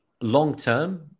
long-term